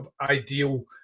ideal